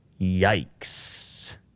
Yikes